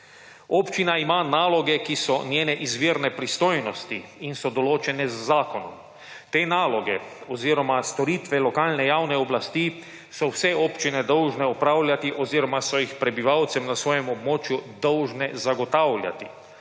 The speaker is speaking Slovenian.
Občina ima naloge, ki so njene izvirne pristojnosti in so določene z zakonom. Te naloge oziroma storitve lokalne javne oblasti so vse občine dolžne opravljati oziroma so jih prebivalci na svojem območju dolžne zagotavljati.